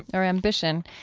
or ambition,